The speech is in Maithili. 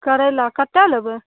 करैला कतेक लेबै